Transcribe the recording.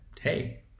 Hey